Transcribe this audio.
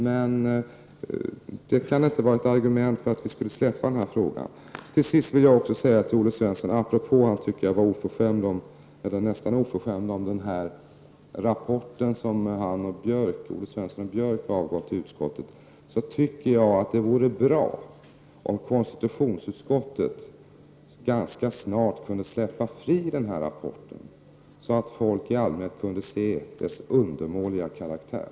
Men det kan inte vara ett argument för att vi skulle släppa den här frågan. Till sist vill jag säga till Olle Svensson, apropå att han tycker att jag var oförskämd — eller nästan oförskämd -— i fråga om rapporten som han och Anders Björck avgav till utskottet, att jag tycker att det vore bra om konstitutionsutskottet ganska snart kunde släppa fri den rapporten, så att folk i allmänhet kunde se dess undermåliga karaktär.